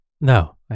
no